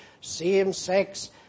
same-sex